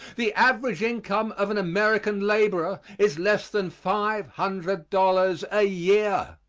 the average income of an american laborer is less than five hundred dollars a year.